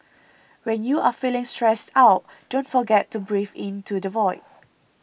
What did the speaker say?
when you are feeling stressed out don't forget to breathe into the void